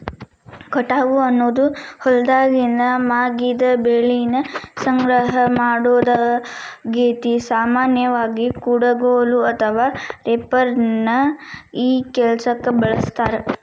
ಕಟಾವು ಅನ್ನೋದು ಹೊಲ್ದಾಗಿನ ಮಾಗಿದ ಬೆಳಿನ ಸಂಗ್ರಹ ಮಾಡೋದಾಗೇತಿ, ಸಾಮಾನ್ಯವಾಗಿ, ಕುಡಗೋಲು ಅಥವಾ ರೇಪರ್ ನ ಈ ಕೆಲ್ಸಕ್ಕ ಬಳಸ್ತಾರ